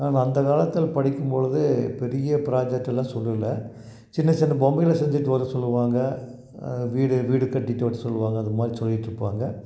நான் அந்தக்காலத்தில் படிக்கும் பொழுது பெரிய ப்ராஜெக்ட்டுலாம் சொல்லலை சின்ன சின்ன பொம்மைகளை செஞ்சுட்டு வர சொல்லுவாங்க வீடு வீடு கட்டிட்டு வர சொல்லுவாங்க அது மாதிரி சொல்லிகிட்டு இருப்பாங்க